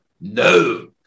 no